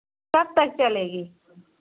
कब तक चलेगी